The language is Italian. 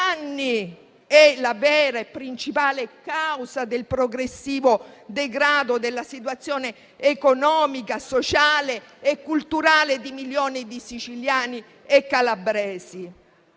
è la vera e principale causa del progressivo degrado della situazione economica, sociale e culturale di milioni di siciliani e calabresi.